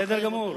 בסדר גמור.